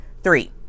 Three